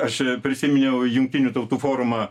aš prisiminiau jungtinių tautų forumą